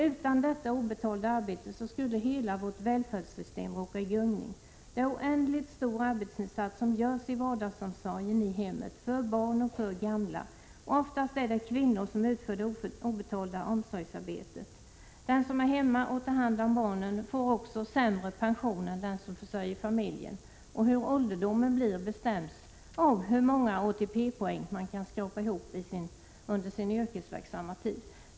Utan detta obetalda arbete skulle hela vårt välfärdssystem råka i gungning. Det är en oändligt stor arbetsinsats som görs för barn och gamla i vardagsomsorgen i hemmet. Oftast är det kvinnor som utför det obetalda omsorgsarbetet. Den som är hemma och tar hand om barnen får också sämre pension än den som försörjer familjen. Hur ålderdomen blir bestäms av hur många ATP-poäng man kan skrapa ihop under sin yrkesverksamma tid.